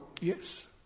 Yes